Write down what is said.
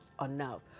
enough